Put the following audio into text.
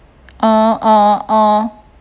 uh uh uh